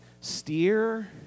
steer